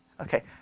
Okay